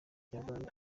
nyarwanda